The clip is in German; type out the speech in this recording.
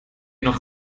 noch